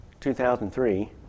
2003